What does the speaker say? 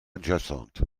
adjacente